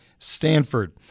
Stanford